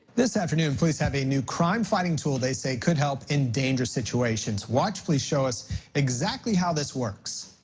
this afternoon police have a new crime fighting tool they say could help in dangerous situations. watch police show us exactly how this works.